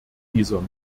dieser